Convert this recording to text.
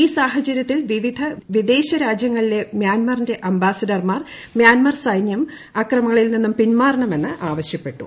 ഈ സാഹചരൃത്തിൽ വിവിധ വിദേശ രാജ്യങ്ങളിലെ മ്യാൻമാറിന്റെ അംബാസഡർമാർ മ്യാൻമാർ സൈന്യം അക്രമങ്ങളിൽ നിന്നും പിന്മാറണമെന്ന് ആവശ്യപ്പെട്ടു